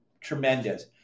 tremendous